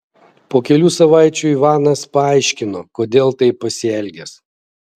po kelių savaičių ivanas paaiškino kodėl taip pasielgęs